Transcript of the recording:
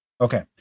Okay